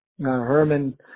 Herman